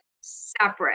separate